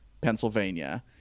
Pennsylvania